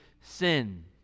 sin